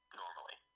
normally